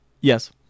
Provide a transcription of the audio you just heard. yes